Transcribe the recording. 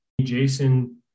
jason